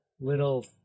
little